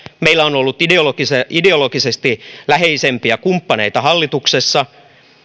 meillä on ollut ideologisesti läheisempiä kumppaneita hallituksessa